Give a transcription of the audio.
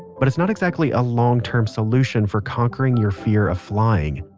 but it's not exactly a long-term solution for conquering your fear of flying.